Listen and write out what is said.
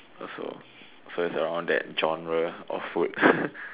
also so is around that genre of food